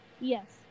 yes